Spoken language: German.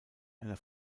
einer